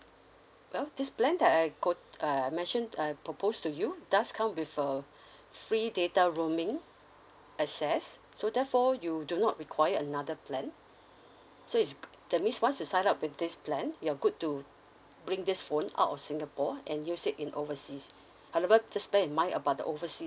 well this plan that I got err I mentioned I propose to you does come with err free data rooming access so therefore you do not require another plan so it's g~ that means once you sign up with this plan you're good to bring this phone out of singapore and use it in overseas however just bare in mind about the overseas